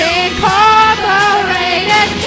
incorporated